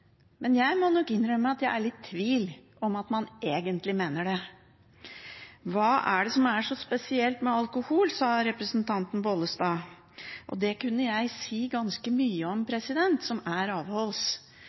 Men jeg må nok innrømme at jeg er i tvil om at man egentlig mener det. «Hva er det som er så spesielt med alkoholfeltet i Norge?» spurte representanten Bollestad. Det kunne jeg si ganske mye om